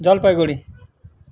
Jalpaiguri